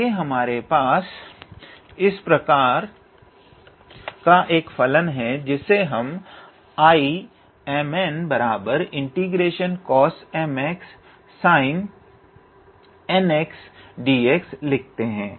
आगे हमारे पास इस प्रकार का एक फलन है जिसे हम 𝐼𝑚n∫𝑐𝑜𝑠𝑚𝑥𝑠𝑖𝑛𝑛𝑥𝑑𝑥 लिखते हैं